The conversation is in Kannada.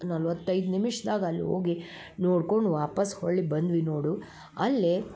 ನಲ್ವತ್ತೈದು ನಿಮಿಷ್ದಾಗ ಅಲ್ಲೋಗಿ ನೋಡ್ಕೊಂಡು ವಾಪಾಸ್ ಹೊಳ್ಳಿ ಬಂದ್ವಿ ನೋಡು ಅಲ್ಲೇ